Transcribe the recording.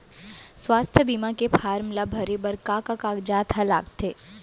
स्वास्थ्य बीमा के फॉर्म ल भरे बर का का कागजात ह लगथे?